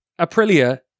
Aprilia